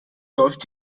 läuft